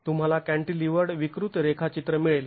तुम्हाला कॅंटिलिवर्ड विकृत रेखाचित्र मिळेल